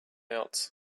else